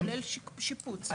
אתה כולל שיפוץ, לא חיזוק.